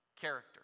character